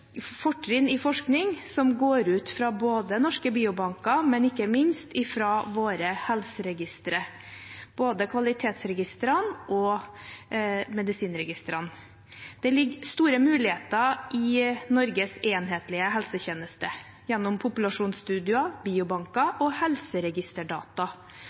fortrinn i forskning, som går ut fra både norske biobanker og ikke minst våre helseregistre, både kvalitetsregistrene og medisinregistrene. Det ligger store muligheter i Norges enhetlige helsetjeneste gjennom populasjonsstudier,